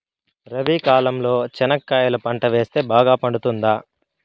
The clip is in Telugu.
రబి కాలంలో చెనక్కాయలు పంట వేస్తే బాగా పండుతుందా?